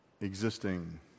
existing